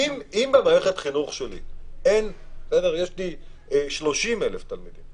אם במערכת החינוך שלי יש לי 30,000 תלמידים,